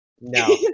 No